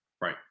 Right